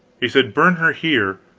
he said, burn her here,